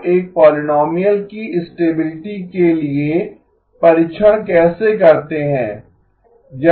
आप एक पोलीनोमीअल की स्टेबिलिटी के लिए परीक्षण कैसे करते हैं